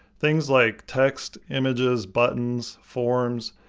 things like text, images, buttons, forms,